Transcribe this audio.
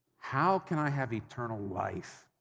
how can i have eternal life?